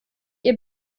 ihr